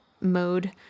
mode